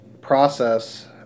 process